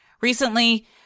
recently